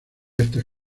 estas